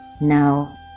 now